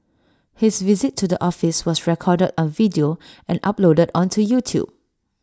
his visit to the office was recorded on video and uploaded onto YouTube